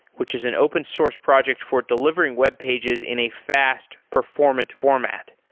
which is an open-source project for delivering webpages in a fast performant format.